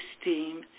esteem